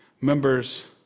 members